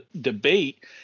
debate